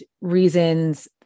reasons